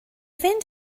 fynd